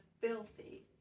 filthy